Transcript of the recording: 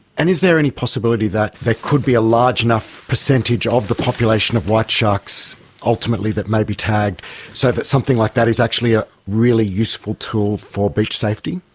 and is there any possibility that there could be a large enough percentage ah of the population of white sharks ultimately that may be tagged so that something like that is actually a really useful tool for beach safety?